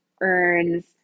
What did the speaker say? earns